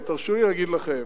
אבל תרשו לי להגיד לכם,